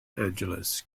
angeles